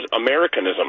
Americanism